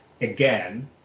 again